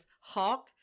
hawk